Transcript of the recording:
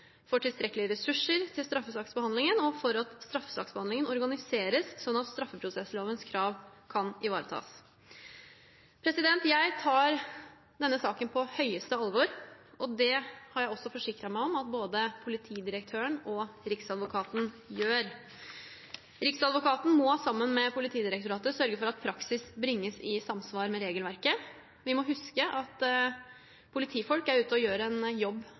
tilstrekkelige ressurser til straffesaksbehandlingen og for at straffesaksbehandlingen organiseres sånn at straffeprosesslovens krav kan ivaretas. Jeg tar denne saken på høyeste alvor, og det har jeg også forsikret meg om at både politidirektøren og riksadvokaten gjør. Riksadvokaten må sammen med Politidirektoratet sørge for at praksis bringes i samsvar med regelverket. Vi må huske at politifolk er ute og gjør en jobb